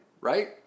right